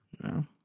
No